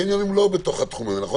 קניונים לא בתוך התחומים, נכון?